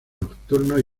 nocturnos